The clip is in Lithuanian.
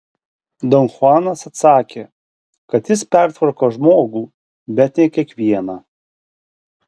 don chuanas atsakė kad jis pertvarko žmogų bet ne kiekvieną